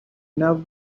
enough